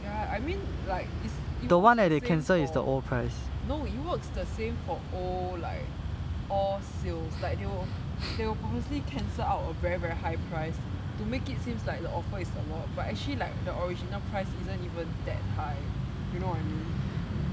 ya I mean like is it works the same for no it works the same for all like all sales like they will they will purposely cancel out a very very high price to make it seems like the offer is a lot but actually like the original price isn't even that high you know what I mean